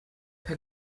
per